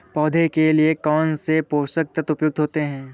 पौधे के लिए कौन कौन से पोषक तत्व उपयुक्त होते हैं?